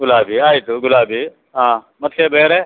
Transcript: ಗುಲಾಬಿ ಆಯಿತು ಗುಲಾಬಿ ಹಾಂ ಮತ್ತೆ ಬೇರೆ